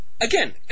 again